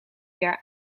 jaar